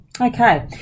Okay